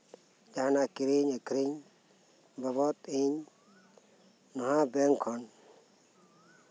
ᱠᱤᱨᱤᱧ ᱟᱠᱷᱨᱤᱧ ᱞᱚᱜᱚᱫ ᱤᱧ ᱱᱚᱣᱟ ᱵᱮᱝᱠ ᱠᱷᱚᱱ